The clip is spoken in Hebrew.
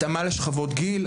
התאמה לשכבות גיל,